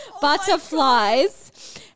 butterflies